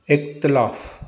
इख़्तिलाफ़ु